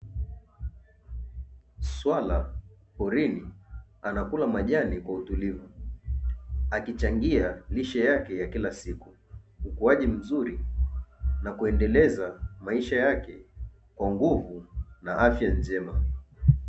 Swala porini anakula majani kwa utulivu akichangia lishe yake ya kila siku, ukuaji mzuri na kuendeleza maisha yake kwa nguvu na afya njema.